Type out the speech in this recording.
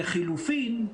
לחילופין,